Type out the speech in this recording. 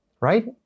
Right